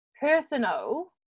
Personal